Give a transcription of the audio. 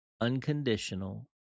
unconditional